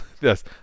yes